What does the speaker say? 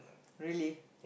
really